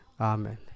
amen